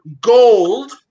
gold